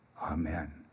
Amen